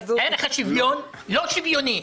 ערך השוויון לא שוויוני.